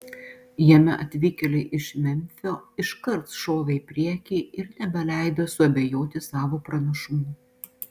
jame atvykėliai iš memfio iškart šovė į priekį ir nebeleido suabejoti savo pranašumu